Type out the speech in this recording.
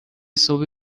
صبح